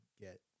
get